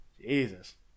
Jesus